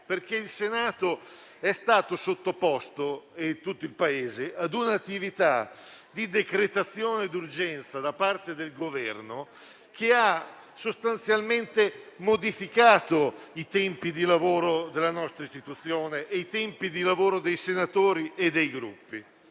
tutto il Paese - è stato sottoposto ad un'attività di decretazione d'urgenza da parte del Governo che ha sostanzialmente modificato i tempi di lavoro della nostra istituzione e quelli dei senatori e dei Gruppi.